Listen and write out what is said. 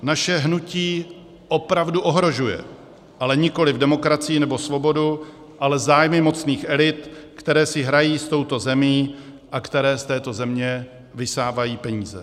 Naše hnutí opravdu ohrožuje, ale nikoliv demokracii nebo svobodu, ale zájmy mocných elit, které si hrají s touto zemí a které z této země vysávají peníze.